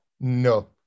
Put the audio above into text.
No